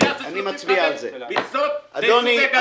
תביעה של 35 מכסות ביישובי גדר --- אדוני,